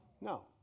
No